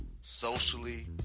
socially